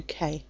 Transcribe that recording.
UK